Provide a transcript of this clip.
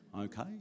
Okay